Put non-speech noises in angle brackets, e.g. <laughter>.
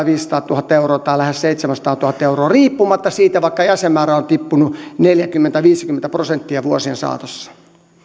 <unintelligible> viisisataatuhatta euroa tai lähes seitsemänsataatuhatta euroa riippumatta siitä että jäsenmäärä on tippunut vaikka neljäkymmentä viiva viisikymmentä prosenttia vuosien saatossa